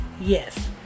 Yes